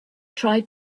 tried